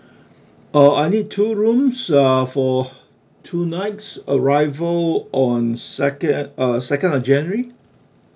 uh I'll need two rooms uh for two nights arrival on second uh second of january